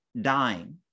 dying